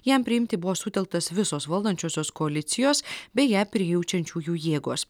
jam priimti buvo sutelktas visos valdančiosios koalicijos bei ją prijaučiančiųjų jėgos